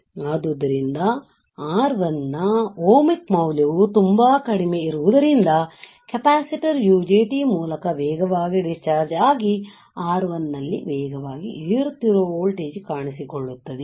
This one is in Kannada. ಆದ್ದರಿಂದ R1 ನ ಓಮಿಕ್ ಮೌಲ್ಯವು ತುಂಬಾ ಕಡಿಮೆ ಇರುವುದರಿಂದ ಕೆಪಾಸಿಟರ್ UJT ಮೂಲಕ ವೇಗವಾಗಿ ಡಿಸ್ಚಾರ್ಜ್ ಆಗಿ R1 ನಲ್ಲಿ ವೇಗವಾಗಿ ಏರುತ್ತಿರುವ ವೋಲ್ಟೇಜ್ ಕಾಣಿಸಿಕೊಳ್ಳುತ್ತದೆ